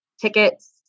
tickets